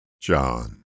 John